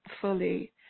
fully